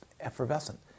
effervescent